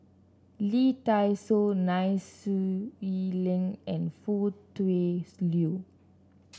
Lee Dai Soh Nai Swee Leng and Foo Tui Liew